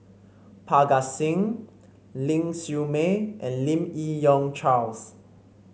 Parga Singh Ling Siew May and Lim Yi Yong Charles